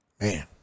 Man